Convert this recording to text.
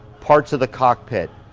parts of the cockpit,